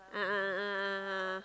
a'ah a'ah a'ah a'ah a'ah